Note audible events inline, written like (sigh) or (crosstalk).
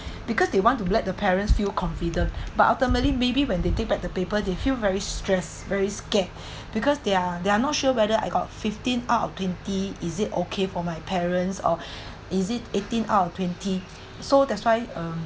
because they want to let the parents feel confident but ultimately maybe when they take back the paper they feel very stress very scared because they are they are not sure whether I got fifteen out of twenty is it okay for my parents or (breath) is it eighteen out of twenty so that's why uh